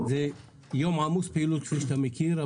זהו יום עמוס פעילות כפי שאתה מכיר,